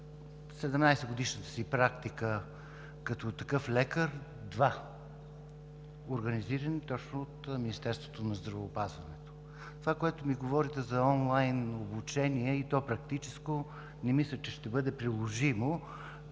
17-годишната си практика като такъв лекар съм провел два такива курса, организирани точно от Министерството на здравеопазването. Това, което ми говорите за онлайн обучение, и то практическо, не мисля, че ще бъде приложимо